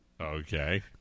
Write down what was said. Okay